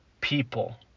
people